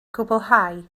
gwblhau